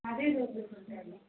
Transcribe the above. ಮದ್ವೆಗೆ ಹೋಗಬೇಕು ಅಂತ